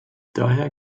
daher